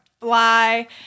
fly